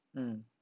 mm